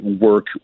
work